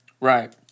Right